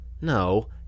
No